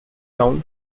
town